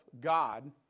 God